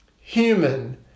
human